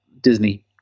Disney